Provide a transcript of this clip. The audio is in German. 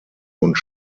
und